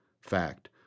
Fact